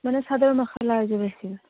মানে চাদৰ মেখেলা